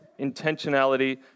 intentionality